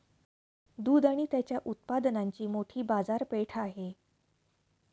दूध आणि त्याच्या उत्पादनांची मोठी बाजारपेठ आहे